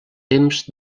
temps